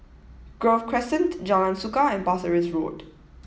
Grove Crescent Jalan Suka and Pasir Ris Road